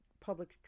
public